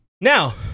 Now